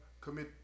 commit